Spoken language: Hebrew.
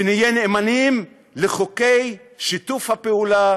ונהיה נאמנים לחוקי שיתוף הפעולה